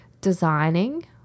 designing